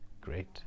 great